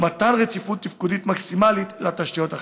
ומתן רציפות תפקודית מקסימלית לתשתיות החיוניות.